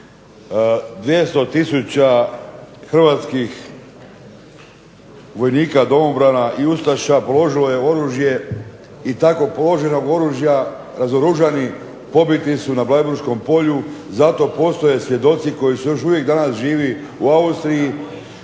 200 tisuća hrvatskih vojnika domobrana i ustaša položilo je oružje i tako položenog oružja, razoružani pobiti su na Bleiburškom polju, za to postoje svjedoci koji su još uvijek danas živi u Austriji,